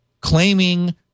claiming